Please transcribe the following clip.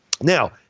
Now